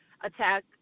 attack